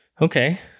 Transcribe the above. Okay